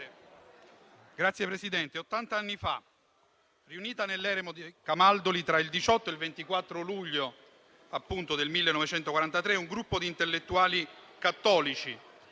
Signor Presidente, ottanta anni fa, riunito nell'eremo di Camaldoli, tra il 18 e il 24 luglio del 1943, un gruppo di intellettuali cattolici